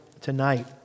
tonight